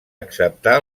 acceptar